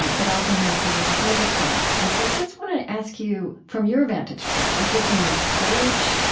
and that often has religious overtones. and so i just want to ask you, from your vantage point, is this a new stage?